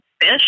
fish